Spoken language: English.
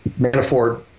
Manafort